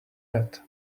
red